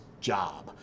job